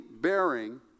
bearing